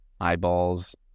eyeballs